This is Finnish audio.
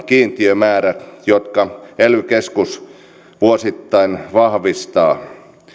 kiintiömäärä jonka ely keskus vuosittain vahvistaa